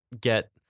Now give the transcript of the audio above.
get